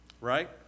Right